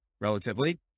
relatively